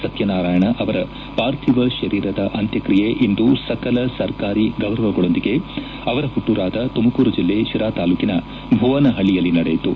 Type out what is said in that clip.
ಸತ್ಯನಾರಾಯಣ ಅವರ ಪಾರ್ಥಿವ ಶರೀರದ ಅಂತ್ಯಕ್ತಿಯೆ ಇಂದು ಸಕಲ ಸರ್ಕಾರಿ ಗೌರವಗಳೊಂದಿಗೆ ಅವರ ಹುಟ್ಟೂರಾದ ತುಮಕೂರು ಜೆಲ್ಲೆ ಶಿರಾ ತಾಲೂಕಿನ ಭುವನಹಳ್ಳಯಲ್ಲಿ ನಡೆಯಿತು